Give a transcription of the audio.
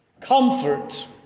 Comfort